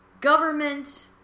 government